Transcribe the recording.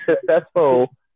successful